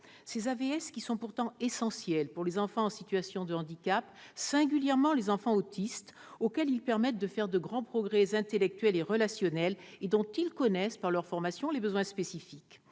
Ces AVS sont pourtant essentiels pour les enfants en situation de handicap, singulièrement pour les enfants autistes. Ils leur permettent en effet de faire de grands progrès intellectuels et relationnels et connaissent, par leur formation, leurs besoins spécifiques.